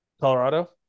Colorado